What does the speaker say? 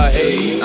Hey